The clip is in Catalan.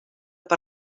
per